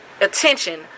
attention